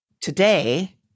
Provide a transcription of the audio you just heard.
today